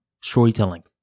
storytelling